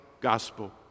gospel